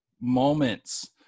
moments